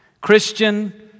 Christian